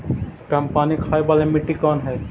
कम पानी खाय वाला मिट्टी कौन हइ?